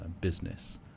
business